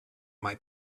might